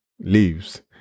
leaves